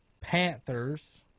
Panthers